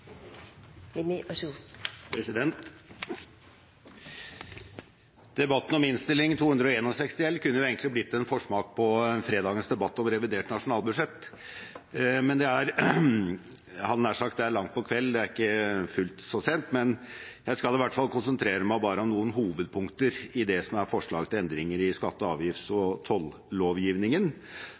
Debatten om Innst. 261 L kunne egentlig blitt en forsmak på fredagens debatt om revidert nasjonalbudsjett, men jeg hadde nær sagt: Det er langt på kveld. Det er ikke fullt så sent, men jeg skal i hvert fall konsentrere meg bare om noen hovedpunkter i det som er forslag til endringer i skatte-, avgifts- og tollovgivningen. Så får vi vente og